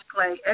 Play